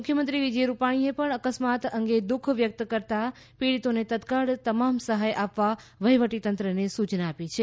મુખ્યમંત્રી વિજય રૂપાણીએ પણ અકસ્માત અંગે દુઃખ વ્યક્ત કરતાં પીડિતોને તત્કાળ તમામ સહાય આપવા વહીવટીતંત્રને સૂચના આપી છે